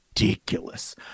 ridiculous